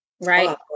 right